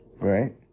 Right